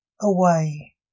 away